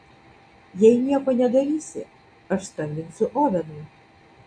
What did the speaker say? jei nieko nedarysi aš skambinsiu ovenui